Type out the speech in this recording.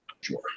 Sure